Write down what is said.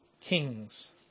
Kings